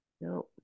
no